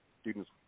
students